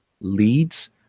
leads